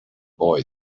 boy